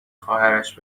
خواهرش